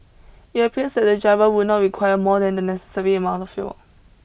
it appears that the driver would not require more than the necessary amount of fuel